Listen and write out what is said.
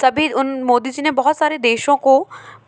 सभी उन मोदी जी ने बहुत सारे देशों को